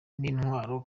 n’intwaro